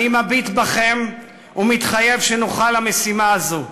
אני מביט בכם ומתחייב שנוכל למשימה זו.